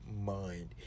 mind